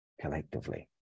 collectively